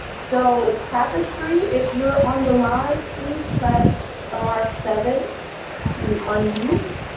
so tapestry, if you're on the line, please press star-seven to unmute,